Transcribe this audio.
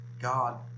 God